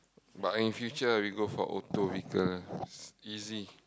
but in future we go for auto because easy